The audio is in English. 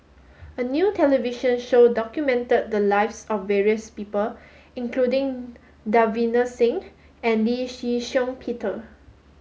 a new television show documented the lives of various people including Davinder Singh and Lee Shih Shiong Peter